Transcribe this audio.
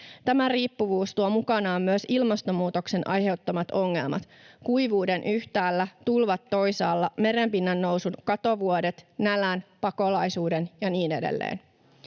Tämä riippuvuus tuo mukanaan myös ilmastonmuutoksen aiheuttamat ongelmat: kuivuuden yhtäällä, tulvat toisaalla, merenpinnan nousun, katovuodet, nälän, pakolaisuuden ja niin edelleen.